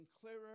clearer